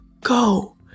go